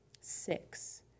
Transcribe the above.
six